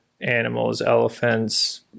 animals—elephants